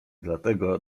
dlatego